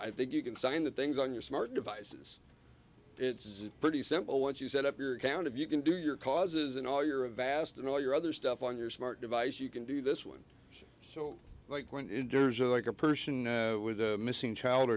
i think you can sign the things on your smart devices it's pretty simple once you set up your account if you can do your causes and all your avast and all your other stuff on your smart device you can do this one so like when there's a like a person with a missing child